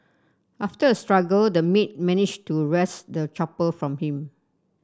after a struggle the maid managed to wrest the chopper from him